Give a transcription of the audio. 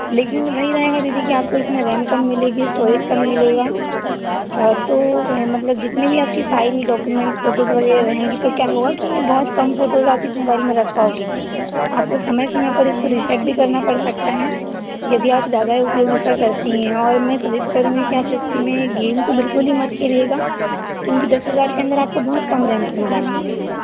लेकिन वही रहेगा दीदी कि आपको इस में रैम कम मिलेगी स्टोरेज कम मिलेगा तो मतलब जितनी भी आप की फ़ाइल डॉक्यूमेंट फ़ोटोज़ वगैरह रहेंगी तो क्या होगा कि बहुत कम फ़ोटोज़ आप इस मोबाइल में रख पाओगी आपको समय समय पर इसको रिसेट भी करना पड़ सकता है यदि आप ज़्यादा उपयोग इसका करती हैं और मैं सजेस्ट करूंगी कि आप इस में गेम तो बिलकुल ही मत खेलिएगा क्योंकि दस हज़ार के अंदर आप को बहुत ही कम रैम के मोबाइल मिलेंगे